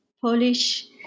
Polish